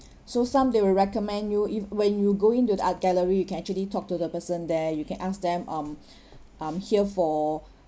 so some they'll recommend you if when you go into the art gallery you can actually talk to the person there you can ask them um I'm here for